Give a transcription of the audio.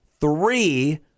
three